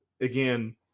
again